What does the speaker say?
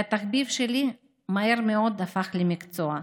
והתחביב שלי מהר מאוד הפך למקצוע.